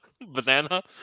banana